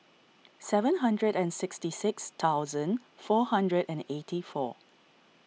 seven hundred and sixty six thousand four hundred and eighty four